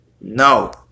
No